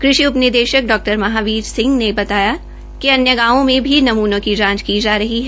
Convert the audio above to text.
कृषि उप निदेशक डा महावीर सिंह ने बताया कि अन्य गांवों में भी नमूनों की जांच की जा रही है